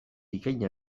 bikain